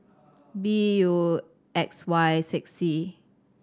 B U X Y six C